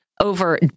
Over